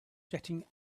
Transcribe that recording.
jetting